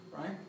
right